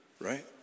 right